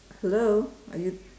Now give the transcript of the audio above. hello are you